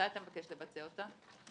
מתי אתה מבקש לבצע אותה?